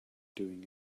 doing